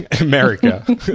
America